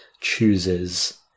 chooses